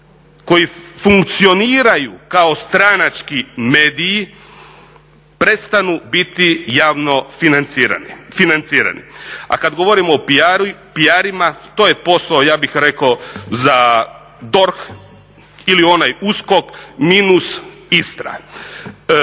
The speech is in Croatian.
koji funkcioniraju kao stranački mediji, prestanu biti javno financirani. A kad govorimo o PR-ima, to je posao ja bih rekao za DORH ili onaj USKOK minus Istra.